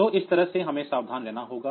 तो इस तरह से हमें सावधान रहना होगा